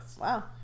Wow